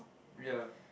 yea